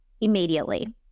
immediately